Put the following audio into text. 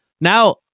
Now